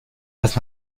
das